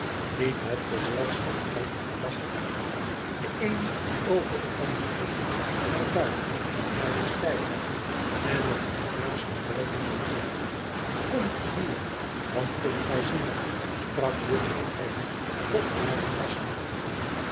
liep het gezelschap uit de gelagkamer de een over den ander heen naar buiten naar den steiger en het geraas van buiten nam toe komt hier dan kunt gij zien sprak juffrouw abbey tot hare gasten